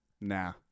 nah